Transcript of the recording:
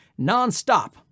nonstop